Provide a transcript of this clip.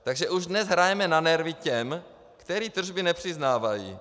Takže už dnes hrajeme na nervy těm, kteří tržby nepřiznávají.